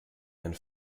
and